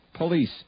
Police